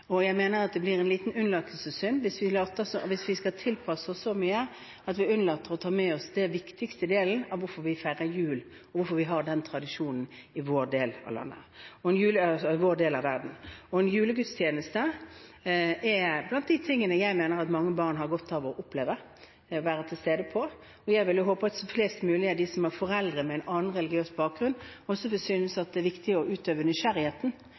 og at det blir en liten unnlatelsessynd hvis vi skal tilpasse oss så mye at vi unnlater å ta med oss den viktigste årsaken til at vi feirer jul, og hvorfor vi har den tradisjonen i vår del av verden. En julegudstjeneste er blant de tingene jeg mener at mange barn har godt av å oppleve og være til stede på. Jeg vil håpe at flest mulig av de foreldrene som har en annen religiøs bakgrunn, også vil synes at det er viktig å utøve